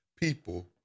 people